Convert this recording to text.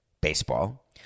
baseball